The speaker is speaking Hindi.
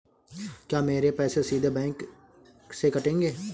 क्या मेरे पैसे सीधे बैंक से कटेंगे?